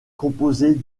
composée